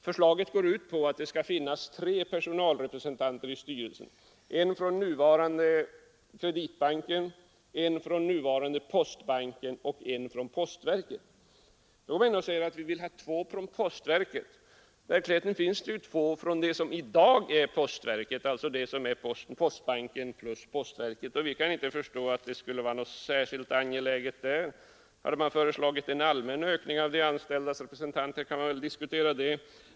Förslaget går ut på att det skall finnas tre personalrepresentanter i styrelsen, en från nuvarande Kreditbanken, en från nuvarande postbanken och en från postverket. I verkligheten finns det två representanter från det som i dag är postverket, alltså postbanken plus postverket, och vi kan inte förstå att det skulle vara något särskilt angeläget med ytterligare representation. Hade man föreslagit en allmän ökning av de anställdas representation, kunde vi väl diskutera det.